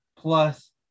plus